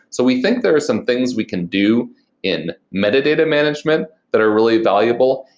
so we think there are some things we can do in metadata management that are really valuable,